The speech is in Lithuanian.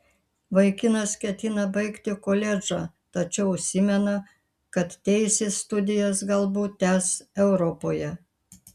vaikinas ketina baigti koledžą tačiau užsimena kad teisės studijas galbūt tęs europoje